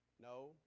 No